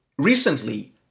Recently